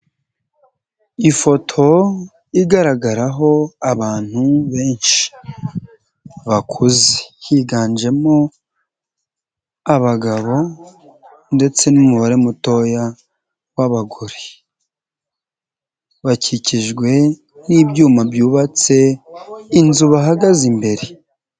Ifoto igaragaraho abantu benshi bakuze higanjemo abagabo ndetse n'umubare mutoya w'abagore, bakikijwe n'ibyuma byubatse inzu bahagaze imbere.